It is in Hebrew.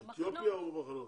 באתיופיה או במחנות?